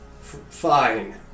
fine